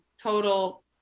total